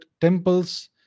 temples